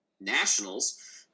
nationals